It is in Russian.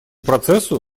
процессу